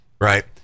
right